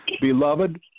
Beloved